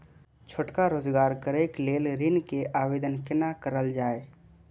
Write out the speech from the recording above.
छोटका रोजगार करैक लेल ऋण के आवेदन केना करल जाय?